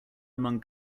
among